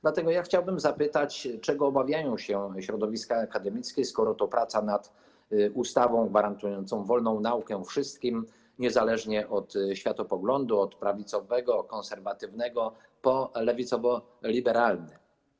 Dlatego chciałbym zapytać, czego obawiają się środowiska akademickie, skoro jest to praca nad ustawą gwarantującą wolną naukę wszystkim niezależnie od światopoglądu: od prawicowego, konserwatywnego po lewicowo-liberalny.